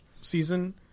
Season